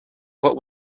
what